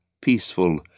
peaceful